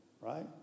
right